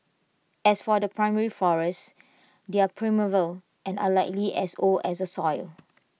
as for the primary forest they're primeval and are likely as old as A soil